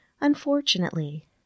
Unfortunately